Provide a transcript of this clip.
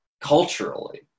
culturally